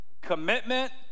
commitment